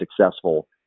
successful